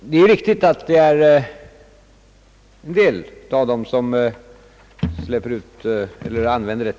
Det är riktigt att rätt mycket sådan här olja användes.